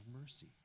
mercy